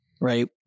right